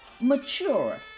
Mature